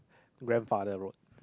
grandfather road